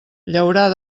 llaurar